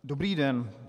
Dobrý den.